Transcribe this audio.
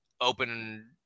open